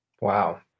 Wow